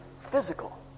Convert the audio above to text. physical